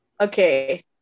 okay